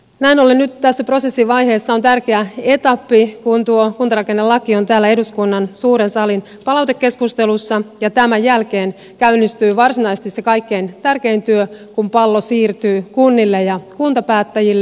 näin ollen nyt tässä prosessin vaiheessa on tärkeä etappi kun tuo kuntarakennelaki on täällä eduskunnan suuren salin palautekeskustelussa ja tämän jälkeen käynnistyy varsinaisesti se kaikkein tärkein työ kun pallo siirtyy kunnille ja kuntapäättäjille